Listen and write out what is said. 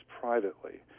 privately